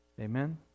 Amen